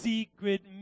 Secret